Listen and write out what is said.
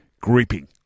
gripping